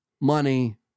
money